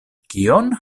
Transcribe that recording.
kion